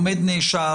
עומד נאשם,